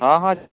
ਹਾਂ ਹਾਂ